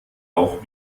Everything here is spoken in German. auch